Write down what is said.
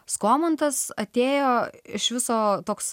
skomantas atėjo iš viso toks